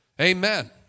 Amen